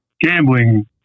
gambling